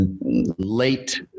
late